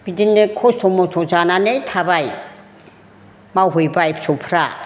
बिदिनो खस्थ' मस्थ' जानानै थाबाय मावहैबाय फिसौफ्रा